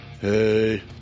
Hey